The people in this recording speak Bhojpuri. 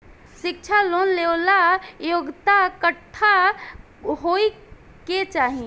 शिक्षा लोन लेवेला योग्यता कट्ठा होए के चाहीं?